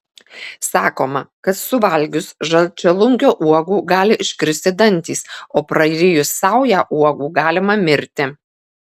sakoma kad suvalgius žalčialunkio uogų gali iškristi dantys o prarijus saują uogų galima mirti